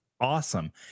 awesome